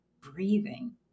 breathing